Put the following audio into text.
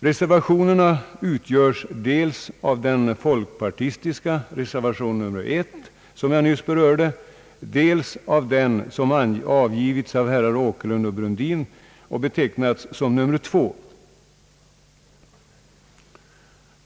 Reservationerna är dels den folkpartistiska med beteckningen nr 1, som jag nyss berört, dels den som avgivits av herrar Åkerlund och Brundin och som har beteckningen nr 2.